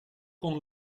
con